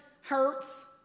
hurts